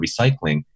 recycling